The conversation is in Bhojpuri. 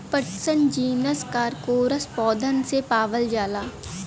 पटसन जीनस कारकोरस पौधन से पावल जाला